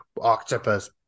octopus